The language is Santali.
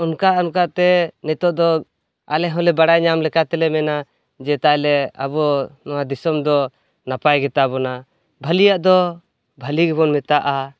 ᱚᱱᱠᱟ ᱚᱱᱠᱟᱛᱮ ᱱᱤᱛᱚᱜᱫᱚ ᱟᱞᱮᱦᱚᱸᱞᱮ ᱵᱟᱲᱟᱭ ᱧᱟᱢ ᱞᱮᱠᱟᱛᱮᱞᱮ ᱢᱮᱱᱟ ᱡᱮ ᱛᱟᱭᱞᱮ ᱟᱵᱚ ᱱᱚᱣᱟ ᱫᱤᱥᱚᱢᱫᱚ ᱱᱟᱯᱟᱭᱜᱮ ᱛᱟᱵᱚᱱᱟ ᱵᱷᱟᱞᱮᱭᱟᱜ ᱫᱚ ᱵᱷᱟᱞᱮᱜᱮ ᱵᱚᱱ ᱢᱮᱛᱟᱜᱼᱟ